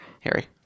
Harry